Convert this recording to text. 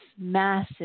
massive